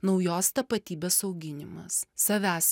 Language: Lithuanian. naujos tapatybės auginimas savęs